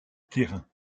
terrain